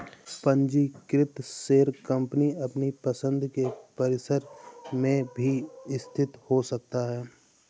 पंजीकृत share company अपनी पसंद के परिसर में भी स्थित हो सकता है